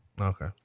Okay